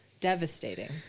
devastating